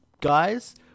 guys